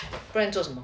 不然能什么